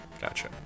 Gotcha